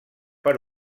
per